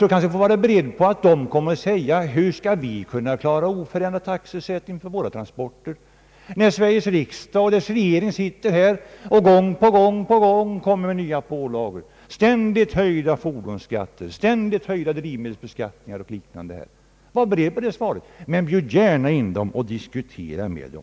Herr statsrådet får vara beredd på att man frågar hur lastbilstrafiken skall kunna klaras med oförändrad taxesättning för transporterna, när Sveriges riksdag och regering gång på gång kommer med nya pålagor, ständigt höjda fordonsskatter, ständigt höjda drivmedelsskatter och liknande. Men bjud gärna in företrädare för Lasttrafikbilägareförbundet och diskutera med dem.